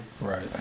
Right